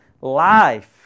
life